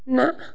نہَ